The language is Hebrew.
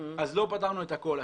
אז לא פתרנו את הכול,